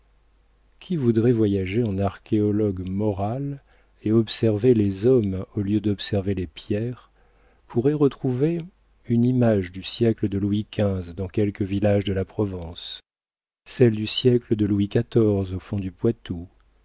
qui voudrait voyager en archéologue moral et observer les hommes au lieu d'observer les pierres pourrait retrouver une image du siècle de louis xv dans quelque village de la provence celle du siècle de louis xiv au fond du poitou